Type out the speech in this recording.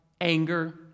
anger